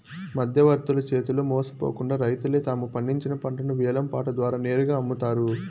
మధ్యవర్తుల చేతిలో మోసపోకుండా రైతులే తాము పండించిన పంటను వేలం పాట ద్వారా నేరుగా అమ్ముతారు